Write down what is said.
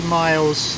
miles